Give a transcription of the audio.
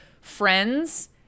Friends